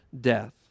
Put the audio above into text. death